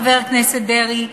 חבר הכנסת דרעי,